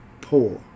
poor